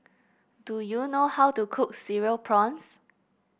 do you know how to cook Cereal Prawns